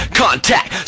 contact